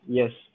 yes